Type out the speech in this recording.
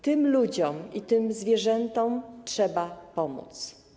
Tym ludziom i tym zwierzętom trzeba pomóc.